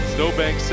Snowbank